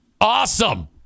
Awesome